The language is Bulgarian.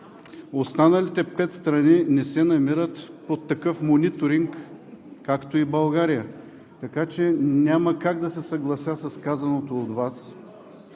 Останалите пет страни не се намират под такъв мониторинг както България, така че няма как да се съглася с казаното от Вас.